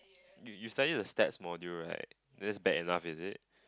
you you study the stats module right that's bad enough is it